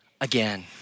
Again